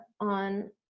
on